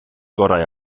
gorau